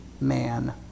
man